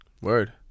Word